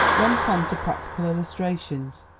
went on to practical illustrations,